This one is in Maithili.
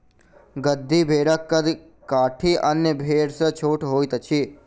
गद्दी भेड़क कद काठी अन्य भेड़ सॅ छोट होइत अछि